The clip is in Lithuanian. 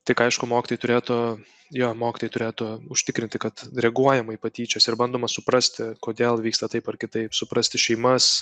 tik aišku mokytojai turėtų jo mokytojai turėtų užtikrinti kad reaguojama į patyčias ir bandoma suprasti kodėl vyksta taip ar kitaip suprasti šeimas